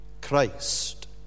Christ